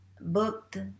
booked